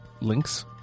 links